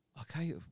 Okay